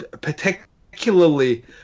particularly